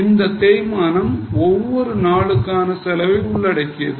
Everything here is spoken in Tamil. அந்த தேய்மானம் ஒவ்வொரு நாளுக்கான செலவை உள்ளடக்கியது